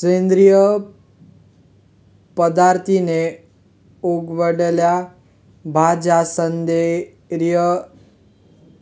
सेंद्रिय पद्धतीने उगवलेल्या भाज्या सेंद्रिय